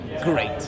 Great